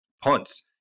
punts